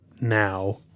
now